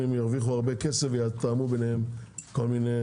ירוויחו הרבה כסף ויתאמו ביניהם כל מיני